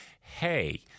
hey